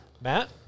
Matt